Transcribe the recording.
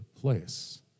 place